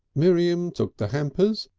miriam took the hampers,